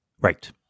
Right